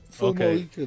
okay